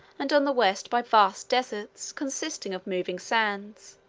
and on the west by vast deserts, consisting of moving sands,